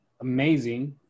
amazing